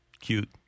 Cute